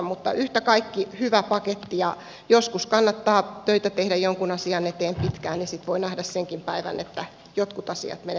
mutta yhtä kaikki hyvä paketti ja joskus kannattaa töitä tehdä jonkun asian eteen pitkään niin sitten voi nähdä senkin päivän että jotkut asiat menevät eteenpäin